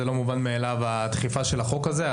זה לא מובן מאליו הדחיפה של החוק הזה.